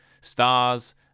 stars